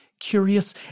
Curious